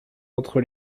entre